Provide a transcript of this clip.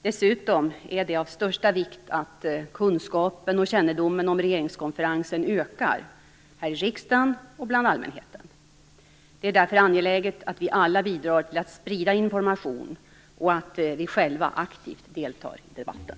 Dessutom är det av största vikt att kunskapen och kännedomen om regeringskonferensen ökar här i riksdagen och bland allmänheten. Det är därför angeläget att vi alla bidrar till att sprida information och att vi själva aktivt deltar i debatten.